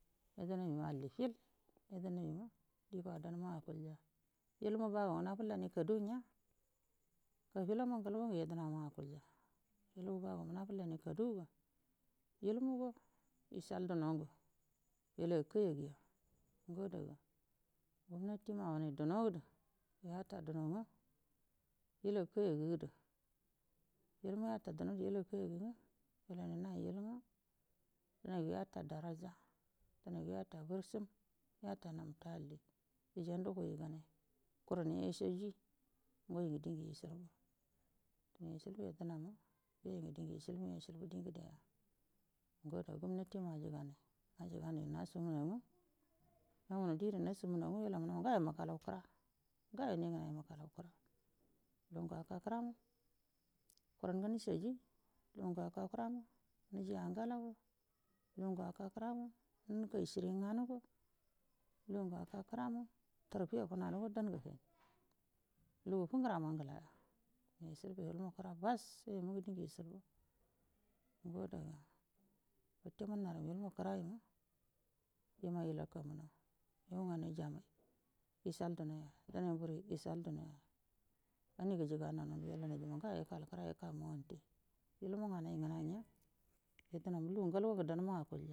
Yagənaima allifil yagənaima di fa dauma akulya ilma bagoma nafullaina kadugu nya kabilama ngalgogu yadənama akulya ilmu bogoma nafullainai kaduguga ilmuga ishal duno ngə ilakaiya guya adaga gumnatima awunai dunadu yata duno nga ilakaiyagudu ilmuya yata dunodu yalakaigu nga wailanai yayal iluga dənaigo yatadaraja dənaigo yatal bursum yata nabtu alli ijandu hugni gane kunanai ashaji ngogu digu ishilbu dina ishilbu du ngədeya ngo ada gomnatima aji gana ajiganai də nashumunau nga wailamunau ngayo mukalau kəra ngayo ningnaima mukalau kəra lugu ngə aka kərama kurango nishaji lugu aka kərama nji angalago ingungə aka kərama nikai shiri nganəgo lugu ngə aka kərama tarbiya funanugo dandu hai lugu fugurama ngalaya dine ishilbu ilmu kəra hass yoyu mungu dingə yushulbu ngo ada ga wute muunara ilmu kəra ima ima ilakamunau unigau nganai jamai ishal dumoya dənai muru ishal dunoya ani gujiga nainau wailanai jima ngayo ikal kəra ika monti ilmu nganai ngana nya yadənama lugu ngalgo gan danma akulga.